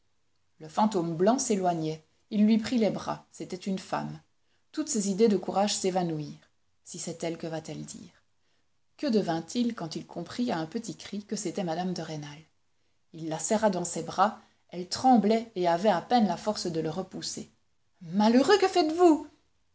le fantôme blanc s'éloignait il lui prit les bras c'était une femme toutes ses idées de courage s'évanouirent si c'est elle que va-t-elle dire que devint-il quand il comprit à un petit cri que c'était mme de rênal il la serra dans ses bras elle tremblait et avait à peine la force de le repousser malheureux que faites-vous